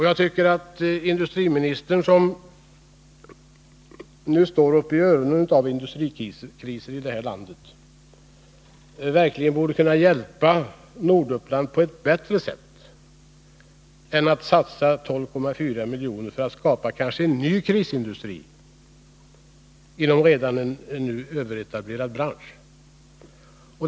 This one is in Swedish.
Jag tycker att industriministern, som står upp till öronen i industrikriser i det här landet, verkligen borde kunna hjälpa Norduppland på ett bättre sätt än genom att satsa 12,4 miljoner för att kanske skapa en ny krisindustri inom en redan nu överetablerad bransch.